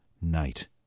night